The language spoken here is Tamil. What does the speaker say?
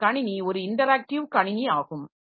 எனவே கணினி ஒரு இன்டராக்டிவ் கணினி ஆகும்